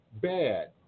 bad